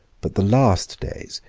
but the last days,